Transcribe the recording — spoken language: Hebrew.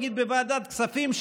נגיד בוועדת כספים,